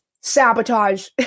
sabotage